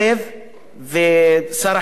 ושר החינוך גם שומע אותי,